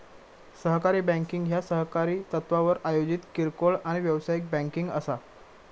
सहकारी बँकिंग ह्या सहकारी तत्त्वावर आयोजित किरकोळ आणि व्यावसायिक बँकिंग असा